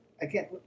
again